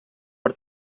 per